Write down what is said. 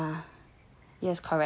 yes correct